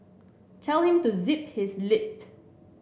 tell him to zip his lip